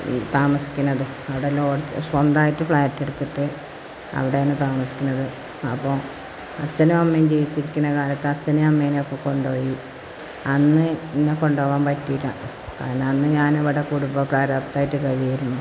താമസിക്കുന്നതും അവിടെ ലോഡ്ജ് സ്വന്തമായിട്ട് ഫ്ലാറ്റെടുത്തിട്ട് അവിടെയാണ് താമസിക്കുന്നത് അപ്പോള് അച്ഛനും അമ്മയും ജീവിച്ചിരിക്കുന്ന കാലത്ത് അച്ഛനെയും അമ്മയെയുമൊക്കെ കൊണ്ടുപോയി അന്ന് എന്നെ കൊണ്ടുപോകാൻ പറ്റിയില്ല കാരണം അന്ന് ഞാനിവിടെ കുടുംബപ്രാരാബ്ധമായിട്ട് കഴിയുകയായിരുന്നു